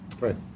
Right